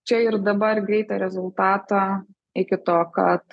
čia ir dabar greitą rezultatą iki to kad